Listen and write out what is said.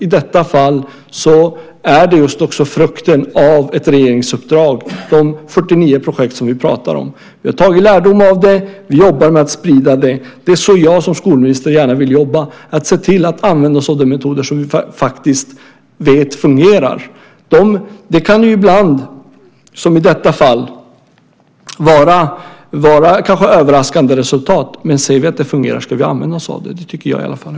I detta fall är det frukten av ett regeringsuppdrag, de 49 projekt vi pratar om. Vi har tagit lärdom av dem, och vi jobbar med att sprida dem. Det är så jag som skolminister gärna vill jobba. Vi ska använda oss av de metoder som vi vet fungerar. Det kan ibland - som i detta fall - vara kanske överraskande resultat, men ser vi att de fungerar ska vi använda oss av dem.